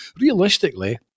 realistically